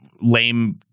lame